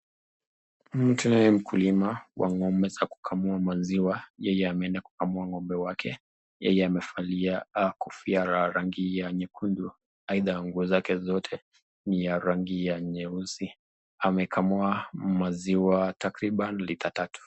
Mtu huyu mkulima wa ng'ombe za kukamua maziwa. Yeye ameenda kukamua ng'ombe wake. Yeye amevalia kofia rangi nyekundu aidha nguo zake zote ni ya rangi ya nyeusi amekamua maziwa takriban lita tatu.